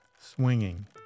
swinging